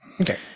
okay